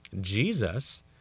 Jesus